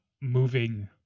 moving